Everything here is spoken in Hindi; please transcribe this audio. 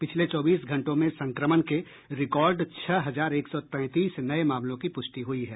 पिछले चौबीस घंटों में संक्रमण के रिकॉर्ड छह हजार एक सौ तैंतीस नये मामलों की पुष्टि हुई है